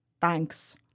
Thanks